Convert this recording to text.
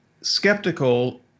skeptical